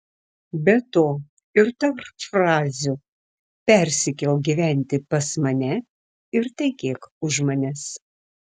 be to ir tarp frazių persikelk gyventi pas mane ir tekėk už manęs